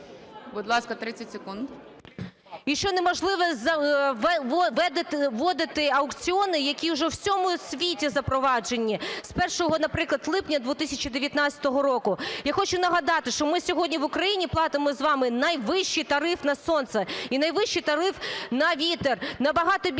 Будь ласка, 30 секунд.